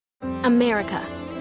America